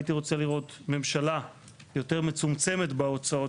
הייתי רוצה לראות ממשלה יותר מצומצמת בהוצאות